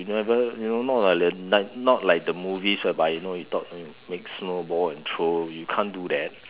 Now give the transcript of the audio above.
you never you know not like the not like the movies but you know you thought make snow ball and throw you can't do that